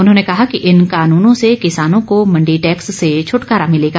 उन्होंने कहा कि इन कानूनों से किसानों को मंडी टैक्स से छुटकारा मिलेगा